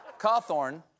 Cawthorn